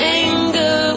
anger